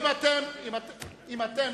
אם אתם